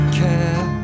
care